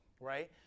right